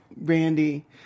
Randy